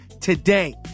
today